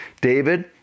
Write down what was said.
David